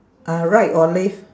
uh right or left